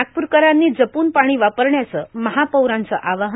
नागप्रकरांनी जप्न पाणी वापरण्याचं महापौरांचं आवाहन